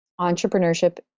entrepreneurship